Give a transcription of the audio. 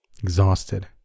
Exhausted